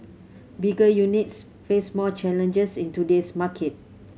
bigger units face more challenges in today's market